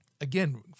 again